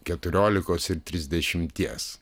keturiolikos ir trisdešimties